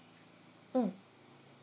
mm